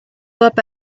hop